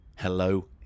hello